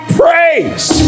praise